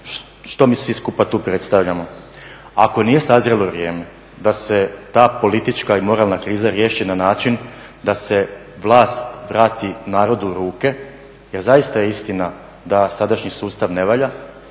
što mi svi skupa tu predstavljamo. Ako nije sazrjelo vrijeme da se ta politička i moralna kriza riješi na način da se vlast vrati narodu u ruke jer zaista je istina da sadašnji sustav ne valja